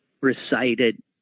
recited